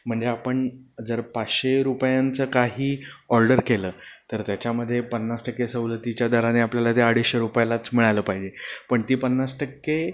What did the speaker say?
म्हणजे आपण जर पाचशे रुपयांचं काही ऑर्डर केलं तर त्याच्यामधे पन्नास टक्के सवलतीच्या दराने आपल्याला ते अडीचशे रुपयालाच मिळालं पाहिजे पण ती पन्नास टक्के